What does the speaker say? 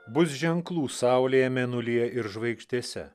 bus ženklų saulėje mėnulyje ir žvaigždėse